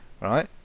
Right